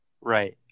right